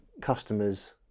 customers